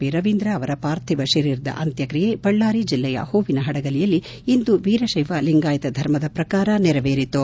P Ravindra ಅವರ ಪಾರ್ಥಿವ ಶರೀರದ ಅಂತ್ಯಕ್ರಿಯೆ ಬಳ್ಳಾರಿ ಜಿಲ್ಲೆಯ ಹೂವಿನಪಡಗಲಿಯಲ್ಲಿ ಇಂದು ವೀರಶೈವ ಲಿಂಗಾಯಿತ ಧರ್ಮದ ಪ್ರಕಾರ ನೆರವೇರಿತು